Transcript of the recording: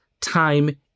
time